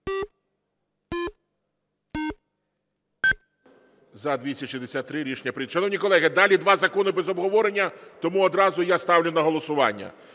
За-263 Рішення прийнято. Шановні колеги, далі два закони без обговорення, тому одразу я ставлю на голосування.